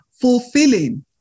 fulfilling